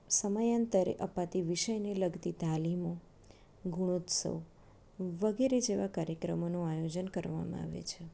સમયાંતરે અપાતી વિષયને લગતી તાલીમો ગુણોત્સવ વગેરે જેવા કાર્યક્રમોનું આયોજન કરવામાં આવે છે